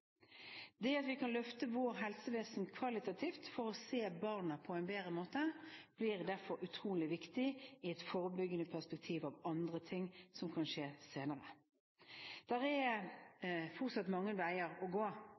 Det at vi kan løfte vårt helsevesen kvalitativt for å se barna på en bedre måte, blir derfor utrolig viktig i et forebyggende perspektiv med tanke på andre ting som kan skje senere. Det er fortsatt mange veier å gå,